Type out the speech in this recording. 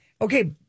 Okay